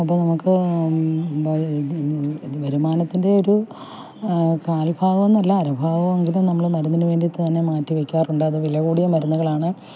അപ്പം നമുക്ക് വരുമാനത്തിൻ്റെ ഒരു കാൽഭാഗം എന്നല്ല അരഭാഗമെങ്കിലും നമ്മൾ മരുന്നിനുവേണ്ടിയിട്ടാണ് മാറ്റിവെക്കാറുണ്ടായിരുന്നു വിലകൂടിയ മരുന്നുകളാണ്